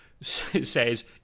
says